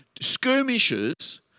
skirmishes